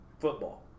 Football